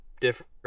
different